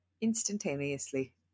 instantaneously